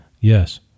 Yes